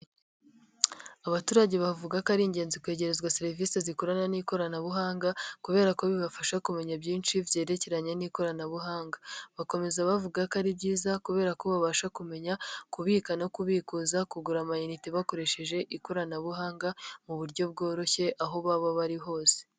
Abaturage bavuga ko ari ingenzi kwegerezwa serivisi z'ikorana n'ikoranabuhanga, kubera ko bibafasha kumenya byinshi byerekeranye n'ikoranabuhanga. Bakomeza bavuga ko ari byiza kubera ko babasha kumenya kubika no kubikuza, kugura amayinite bakoresheje ikoranabuhanga mu buryo bworoshye aho baba bari hose.